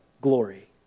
glory